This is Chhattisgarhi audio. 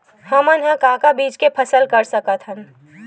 हमन ह का का बीज के फसल कर सकत हन?